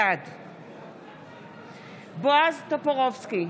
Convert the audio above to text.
בעד בועז טופורובסקי,